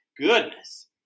Goodness